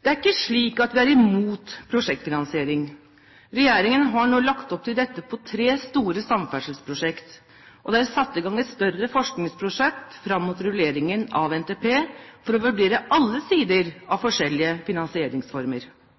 Det er ikke slik at vi er imot prosjektfinansiering. Regjeringen har nå lagt opp til dette på tre store samferdselsprosjekt. Det er satt i gang et større forskningsprosjekt fram mot rulleringen av NTP for å vurdere alle sider av forskjellige finansieringsformer.